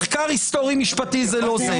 מחקר היסטורי-משפטי זה לא זה.